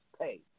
pay